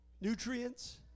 nutrients